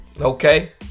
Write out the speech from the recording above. okay